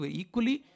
equally